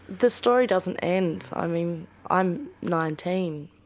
the story doesn't end, i mean i'm nineteen,